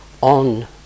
on